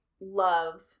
love